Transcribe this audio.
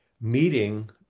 Meeting